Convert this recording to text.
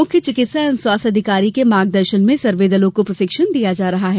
मुख्य चिकित्सा एवं स्वास्थ्य अधिकारी के मार्गदर्शन में सर्वे दलों को प्रशिक्षण दिया जा रहा है